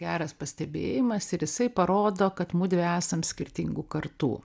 geras pastebėjimas ir jisai parodo kad mudvi esam skirtingų kartų